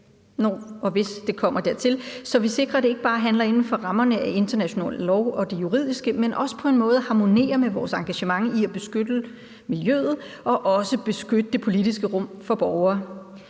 når og hvis det kommer dertil, så vi sikrer, at det ikke bare sker inden for rammerne af international lov og det juridiske, men også på en måde harmonerer med vores engagement i at beskytte miljøet og også beskytte det politiske rum for borgere.